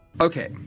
Okay